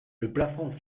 plafond